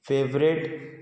favourite